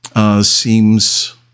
Seems